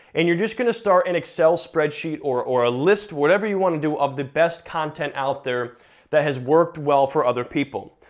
and you're just gonna start an excel spreadsheet, or or a list, whatever you wanna do, of the best content out there that has worked well for other people.